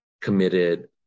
committed